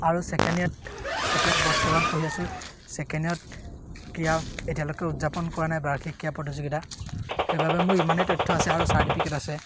আৰু ছেকেণ্ড ইয়েৰত এতিয়া বৰ্তমান পঢ়ি আছোঁ ছেকেণ্ড ইয়েৰত ক্ৰীড়া এতিয়ালৈকে উদযাপন কৰা নাই বাৰ্ষিক ক্ৰীড়া প্ৰতিযোগিতা সেইবাবে মোৰ ইমানেই তথ্য আছে আৰু চাৰ্টিফিকেট আছে